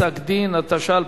נתקבלה.